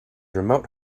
remote